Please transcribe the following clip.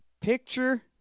Picture